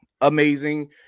amazing